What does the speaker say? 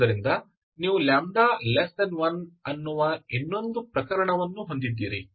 ಆದ್ದರಿಂದ ನೀವು λ1 ಅನ್ನುವ ಇನ್ನೊಂದು ಪ್ರಕರಣವನ್ನು ಹೊಂದಿದ್ದೀರಿ